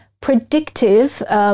predictive